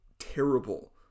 terrible